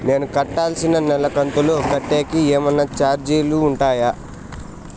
నేను కట్టాల్సిన నెల కంతులు కట్టేకి ఏమన్నా చార్జీలు ఉంటాయా?